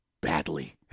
badly